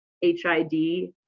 HID